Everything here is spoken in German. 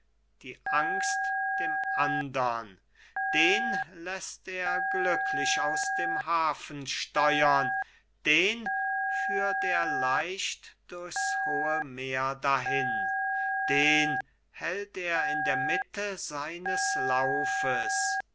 die angst dem andern den läßt er glücklich aus dem hafen steuern den führt er leicht durchs hohe meer dahin den hält er in der mitte seines laufes